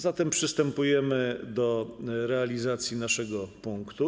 Zatem przystępujemy do realizacji naszego punktu.